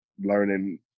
learning